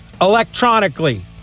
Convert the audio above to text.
electronically